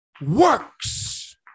works